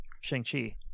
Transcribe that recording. Shang-Chi